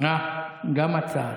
גם הצעה.